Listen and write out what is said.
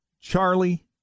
Charlie